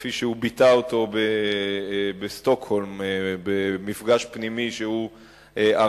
כפי שהוא ביטא אותו בשטוקהולם במפגש פנימי שהוא ערך,